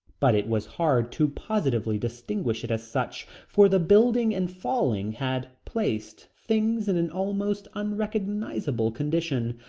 but it was hard to positively distinguish it as such, for the building in falling had placed things in an almost unrecognizable condition.